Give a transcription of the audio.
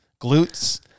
glutes